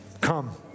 come